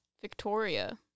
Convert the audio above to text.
Victoria